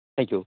thank you